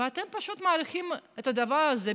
ואתם פשוט מאריכים את הדבר הזה,